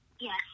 Yes